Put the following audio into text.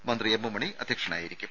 മന്ത്രി M M Mani അദ്ധ്യക്ഷനായിരിക്കും